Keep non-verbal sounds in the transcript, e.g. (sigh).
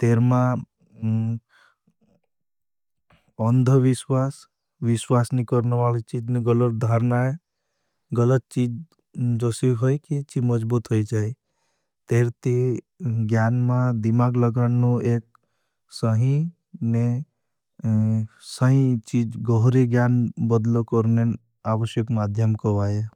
तेरे मां (hesitation) अन्धविश्वास, विश्वास नी करने वाले चीज़न गलत धारना है। गलत चीज़, जो सीव होई, की ची मजबुत होई जाए। तेरे ती ग्यान मां दिमाग लगाडनों एक सही ने (hesitation) सही चीज़, गोहरे ज्यान बदला करने आवश्यक माध्यम करवा है।